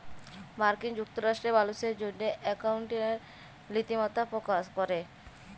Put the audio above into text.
মার্কিল যুক্তরাষ্ট্রে মালুসের জ্যনহে একাউল্টিংয়ের লিতিমালা পকাশ ক্যরে